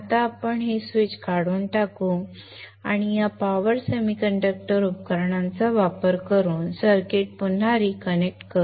आता आपण हे स्विच काढून टाकू आणि या पॉवर सेमीकंडक्टर उपकरणांचा वापर करून सर्किट पुन्हा कनेक्ट करू